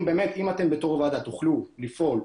אם אתם בתור ועדה תוכלו לפעול,